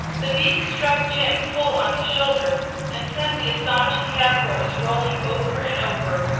the beast struck jim full on his shoulder and sent the astonished cab-horse rolling over and over,